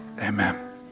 amen